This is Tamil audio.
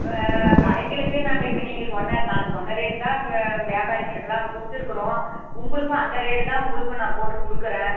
ஆ கடைங்களுக்கு நாங்கள் இப்போ நீங்கள் சொன்ன நாங்கள் சொன்ன ரேட்டுக்குத்தான் வியாபாரிங்களுக்கெல்லாம் கொடுத்துருக்குறோம் உங்களுக்கும் அந்த ரேட்டுத்தான் உங்களுக்கும் நான் போட்டு கொடுக்கறேன்